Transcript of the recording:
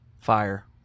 Fire